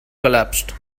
collapsed